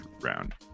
round